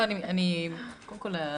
קודם כול,